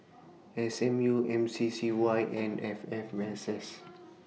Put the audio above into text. S M U M C C Y and F F Mss